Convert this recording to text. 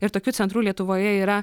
ir tokių centrų lietuvoje yra